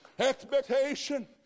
expectation